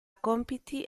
compiti